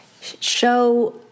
show